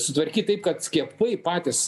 sutvarkyt taip kad skiepai patys